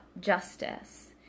justice